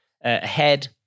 ahead